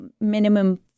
minimum